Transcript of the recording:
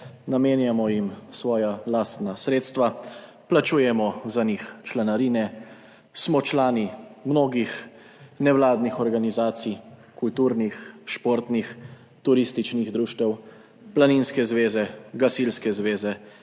namenjamo jim svoja lastna sredstva, plačujemo za njih članarine, smo člani mnogih nevladnih organizacij, kulturnih, športnih, turističnih društev, planinske zveze, gasilske zveze,